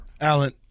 Allen